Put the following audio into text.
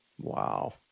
Wow